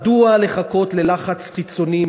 מדוע לחכות ללחץ חיצוני?